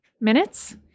minutes